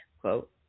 Quote